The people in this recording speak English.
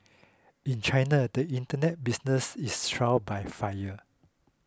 in China the Internet business is trial by fire